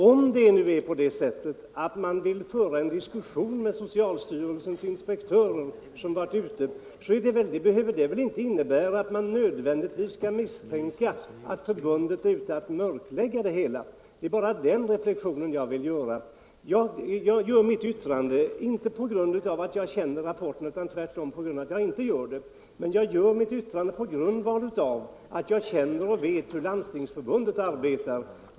Om det nu är på det sättet att man vill föra en diskussion med socialstyrelsens inspektörer, som varit ute, behöver det väl inte nödvändigtvis innebära att förbundet försöker mörklägga det hela. Det är bara den reflexionen jag vill göra. Jag yttrar mig inte på grund av att jag känner till rapporten utan tvärtom på grund av att jag inte gör det. Men jag uttalar mig på grundval av att jag vet hur Landstingsförbundet arbetar.